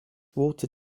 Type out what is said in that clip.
water